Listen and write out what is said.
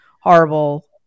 horrible